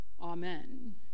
Amen